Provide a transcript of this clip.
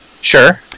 Sure